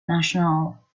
national